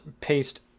paste